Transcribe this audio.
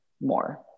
more